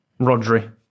Rodri